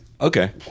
Okay